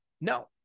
No